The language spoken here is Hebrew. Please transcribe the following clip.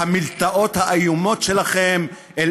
אורן, אבל